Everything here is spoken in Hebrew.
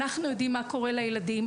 אנחנו יודעים מה קורה לילדים.